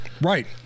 Right